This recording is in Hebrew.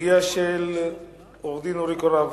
בסוגיה של עורך-הדין אורי קורב,